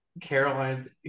Caroline